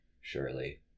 surely